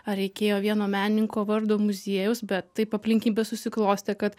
ar reikėjo vieno menininko vardo muziejaus bet taip aplinkybės susiklostė kad